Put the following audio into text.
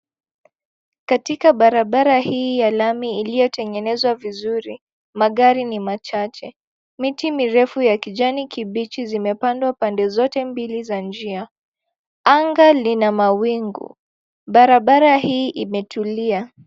Katika barabara hii ya lami iliyotengenezwa vizuri magari ni machache, miti mirefu ya kijani kibichi zimepandwa pande zote mbili za njia ,anga lina mawingu barabara hii imetulia.